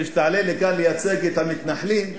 כשתעלה לכאן לייצג את המתנחלים,